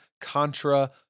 Contra